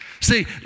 See